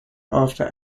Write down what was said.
after